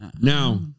Now